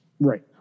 Right